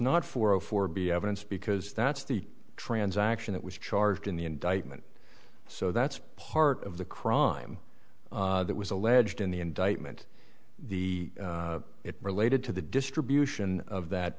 not for or for be evidence because that's the transaction that was charged in the indictment so that's part of the crime that was alleged in the indictment the it related to the distribution of that